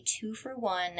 two-for-one